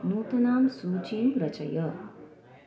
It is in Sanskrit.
नूतनां सूचिं रचय